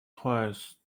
twice